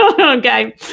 okay